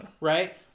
Right